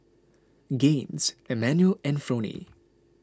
Gaines Emanuel and Fronie